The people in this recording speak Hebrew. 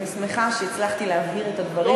אני שמחה שהצלחתי להבהיר את הדברים בצורה,